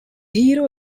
hero